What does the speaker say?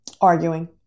arguing